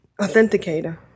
authenticator